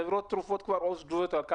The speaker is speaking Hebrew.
חברות תרופות כבר עובדות על כך,